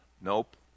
Nope